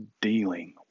dealing